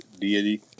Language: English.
deity